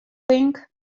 tink